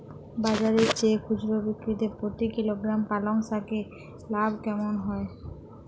বাজারের চেয়ে খুচরো বিক্রিতে প্রতি কিলোগ্রাম পালং শাকে লাভ কেমন হয়?